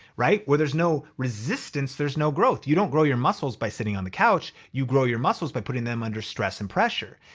where there's no resistance, there's no growth. you don't grow your muscles by sitting on the couch. you grow your muscles by putting them under stress and pressure.